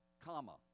comma